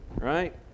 right